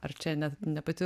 ar čia ne ne pati